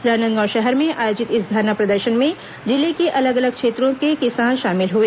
राजनांदगांव शहर में आयोजित इस धरना प्रदर्शन में जिले के अलग अलग क्षेत्रों के किसान शामिल हुए